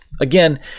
Again